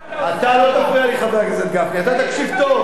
אתה לא תפריע לי, חבר הכנסת גפני, אתה תקשיב טוב.